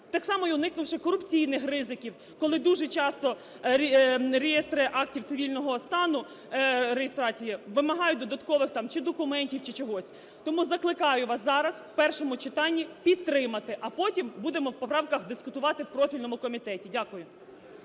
так само і уникнувши корупційних ризиків, коли дуже часто реєстри актів цивільного стану, реєстрації, вимагають додаткових там чи документів, чи чогось. Тому закликаю вас зараз в першому читанні підтримати, а потім будемо в поправках дискутувати в профільному комітеті. Дякую.